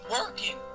working